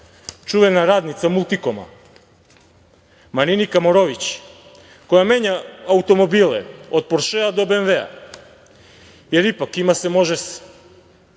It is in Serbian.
čuvena radnica „Multikoma“ Marinika Morović, koja menja automobile od „poršea“ do BMV-a, jer ipak ima se – može